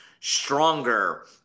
stronger